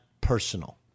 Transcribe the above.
personal